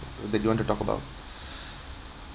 that you want to talk about